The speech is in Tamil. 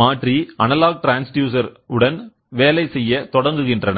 மாற்றி அனலாகஸ் ட்ரான்ஸ்டியூசர் உடன் வேலை செய்ய தொடங்குகின்றனர்